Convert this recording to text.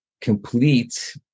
complete